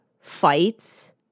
fights